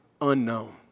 unknown